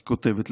היא כותבת,